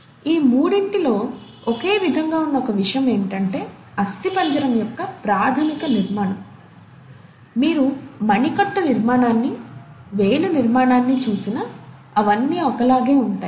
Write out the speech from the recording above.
ఈ మూడింటిని లో ఒకే విధంగా ఉన్న ఒక విషయం ఏమిటంటే అస్థిపంజరం యొక్క ప్రాథమిక నిర్మాణం మీరు మణికట్టు నిర్మాణాన్ని వేలు నిర్మాణాన్ని చూసినా అవన్నీ ఒకలాగే ఉంటాయి